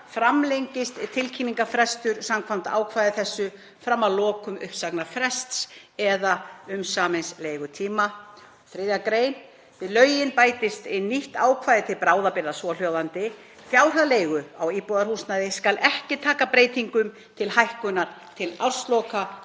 framlengist tilkynningarfrestur samkvæmt ákvæði þessu fram að lokum uppsagnarfrests eða umsamins leigutíma. 3. gr. Við lögin bætist nýtt ákvæði til bráðabirgða, svohljóðandi: Fjárhæð leigu á íbúðarhúsnæði skal ekki taka breytingum til hækkunar til ársloka